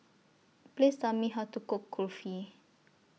Please Tell Me How to Cook Kulfi